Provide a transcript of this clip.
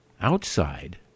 Outside